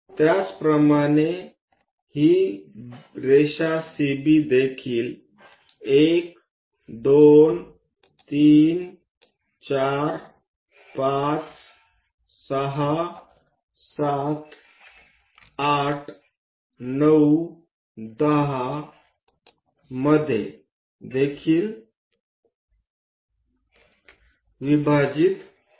त्याचप्रमाणे ही रेषा CB 1 2 3 4 5 6 7 8 9 आणि 10 मध्ये देखील विभाजित करा